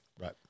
Right